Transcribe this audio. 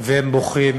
והם בוכים